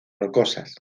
rocosas